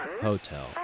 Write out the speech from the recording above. Hotel